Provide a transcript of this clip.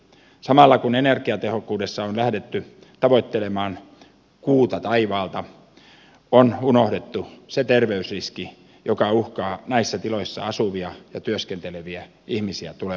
samalla kun energiatehokkuudessa on lähdetty tavoittelemaan kuuta taivaalta on unohdettu se terveysriski joka uhkaa näissä tiloissa asuvia ja työskenteleviä ihmisiä tulevaisuudessa